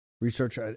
Research